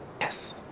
Yes